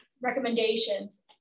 recommendations